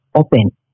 open